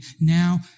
Now